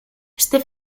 este